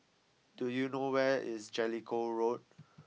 do you know where is Jellicoe Road